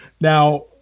Now